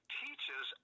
teaches